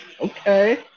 Okay